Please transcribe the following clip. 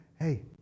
Hey